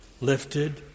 lifted